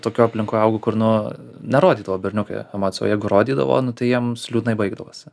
tokioj aplinkoj augau kur nuo nurodydavo berniukai emocijų o jeigu rodydavo nu tai jiems liūdnai baigdavosi